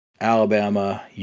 Alabama